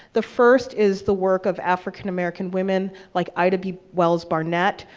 the first is the work of african-american women, like ida b. wells-barnett,